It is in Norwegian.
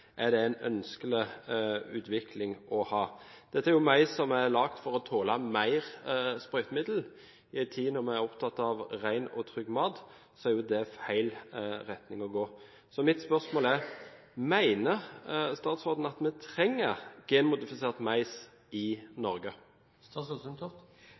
Er det en ønskelig utvikling å ha? Dette er jo mais som er laget for å tåle mer sprøytemiddel. I en tid hvor vi er opptatt av ren og trygg mat, er det feil retning å gå. Mitt spørsmål er: Mener statsråden at vi trenger genmodifisert mais i